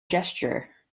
gesture